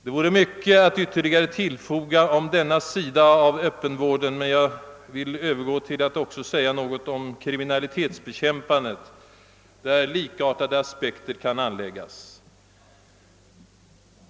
Det vore mycket att ytterligare tillfoga om denna sida av öppenvården, men jag vill övergå till att också säga något om kriminalitetsbekämpandet, där likartade aspekter kan anläggas.